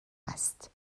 است